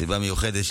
סיבה מיוחדת,